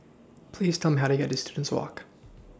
Please Tell Me How to get to Students Walk